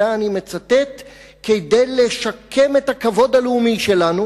אלא "כדי לשקם את הכבוד הלאומי שלנו".